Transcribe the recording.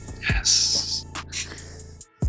Yes